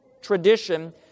tradition